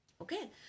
Okay